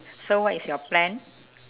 so what is your plan